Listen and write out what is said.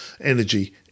energy